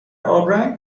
آبرنگ